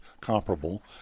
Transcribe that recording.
comparable